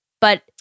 But-